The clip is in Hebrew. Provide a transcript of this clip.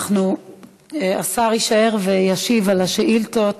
השר יישאר וישיב על השאילתות.